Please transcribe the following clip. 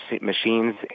machines